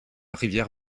rivière